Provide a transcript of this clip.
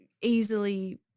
easily